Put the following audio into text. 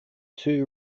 two